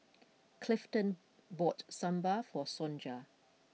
Clifton bought Sambal for Sonja